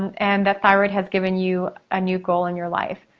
and that thyroid has given you a new goal in your life.